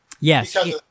Yes